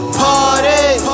party